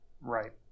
Right